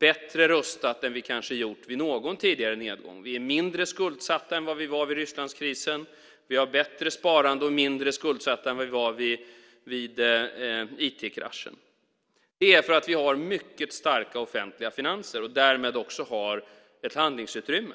bättre rustade än vi kanske gjort vid någon tidigare nedgång. Vi är mindre skuldsatta än vad vi var vid Rysslandskrisen. Vi har bättre sparande och är mindre skuldsatta än vi var vid IT-kraschen. Det är för att vi har mycket starka offentliga finanser och därmed också har ett handlingsutrymme.